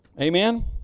Amen